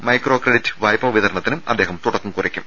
micro credit വായ്പാ വിതരണത്തിനും അദ്ദേഹം തുടക്കം കുറിക്കും